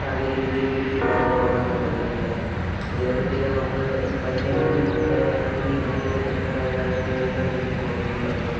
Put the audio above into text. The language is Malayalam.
സാങ്കേതികവിദ്യയിൽ വലിയൊരു മാറ്റമാണ് വന്നിട്ടുള്ളത് പിന്നെ ഇതിനെ പറ്റിയൊക്കെ നമുക്ക് പഠിക്കാനൊക്കെ വരികയാണെങ്കിൽ നല്ലൊരു കാര്യം തന്നെ ആയിട്ടാണ് എനിക്ക് തോന്നിയിട്ടുള്ളത്